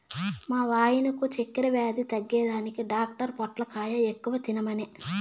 మా వాయినకు చక్కెర వ్యాధి తగ్గేదానికి డాక్టర్ పొట్లకాయ ఎక్కువ తినమనె